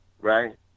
right